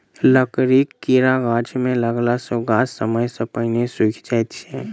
लकड़ीक कीड़ा गाछ मे लगला सॅ गाछ समय सॅ पहिने सुइख जाइत छै